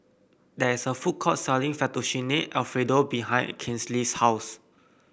there is a food court selling Fettuccine Alfredo behind Kinley's house